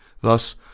Thus